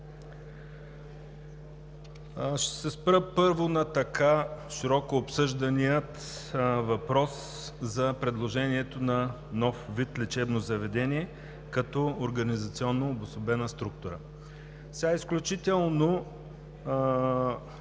Ще се спра първо на така широко обсъждания въпрос – предложението за нов вид лечебно заведение като организационно обособена структура. Виждам изключителна